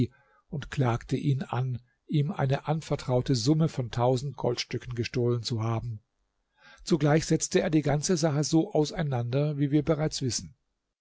und klagte ihn an ihm eine anvertraute summe von tausend goldstücken gestohlen zu haben zugleich setzte er die ganze sache so auseinander wie wir bereits wissen